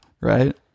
right